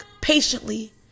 patiently